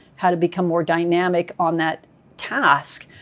how to become more dynamic on that task.